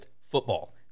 football